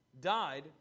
died